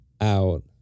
out